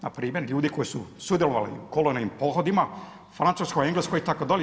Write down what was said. Npr. ljudi koji su sudjelovali u kolonijalnim pohodima u Francuskoj, Engleskoj itd.